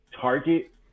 target –